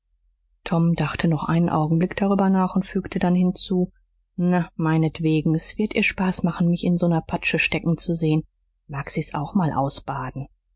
tom dachte noch einen augenblick darüber nach und fügte dann hinzu na meinetwegen s wird ihr spaß machen mich in so ner patsche stecken zu sehn mag sie's auch mal ausbaden